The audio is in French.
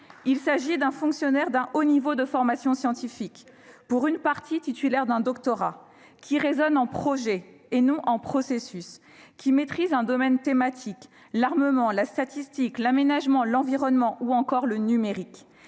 Il s'agit d'un fonctionnaire d'un haut niveau de formation scientifique, pouvant aller jusqu'au doctorat. Il raisonne en projets et non en processus. Il maîtrise un domaine thématique, comme l'armement, la statistique, l'aménagement, l'environnement ou le numérique,